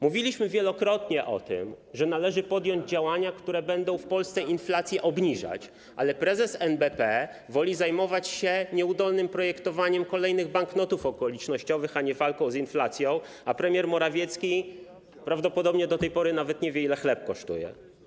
Mówiliśmy wielokrotnie o tym, że należy podjąć działania, które będą w Polsce inflację obniżać, ale prezes NBP woli zajmować się nieudolnym projektowaniem kolejnych banknotów okolicznościowych, a nie walką z inflacją, a premier Morawiecki prawdopodobnie do tej pory nawet nie wie, ile chleb kosztuje.